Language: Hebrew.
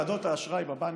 ועדות האשראי בבנקים,